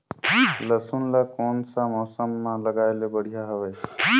लसुन ला कोन सा मौसम मां लगाय ले बढ़िया हवे?